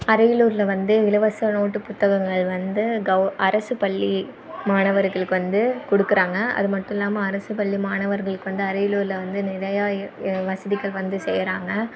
அரியலூரில் வந்து இலவச நோட்டு புத்தகங்கள் வந்து கவ் அரசு பள்ளி மாணவர்களுக்கு வந்து கொடுக்குறாங்க அது மட்டும் இல்லாமல் அரசு பள்ளி மாணவர்களுக்கு வந்து அரியலூரில் வந்து நிறையா வசதிகள் வந்து செய்யறாங்க